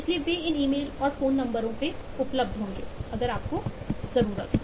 इसलिए वे इन ईमेल और फोन नंबरों पर उपलब्ध होंगे अगर आपको जरूरत हो